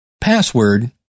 password